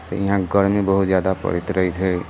से इहाँ गर्मी बहुत ज्यादा पड़ैत रहै छै